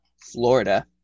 Florida